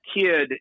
kid